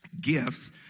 Gifts